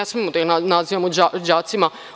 Ne smemo da ih nazivamo đacima.